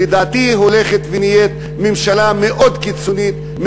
שלדעתי הולכת ונהיית ממשלה מאוד קיצונית,